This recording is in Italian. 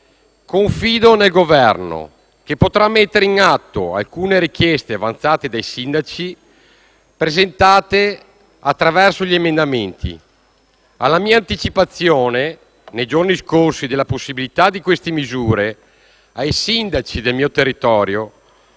confido nel Governo, che potrà mettere in atto alcune richieste avanzate dai sindaci, presentate attraverso gli emendamenti. Alla mia anticipazione, nei giorni scorsi, della possibilità di queste misure ai sindaci del mio territorio,